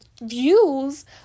views